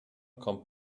kommt